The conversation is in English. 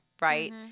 right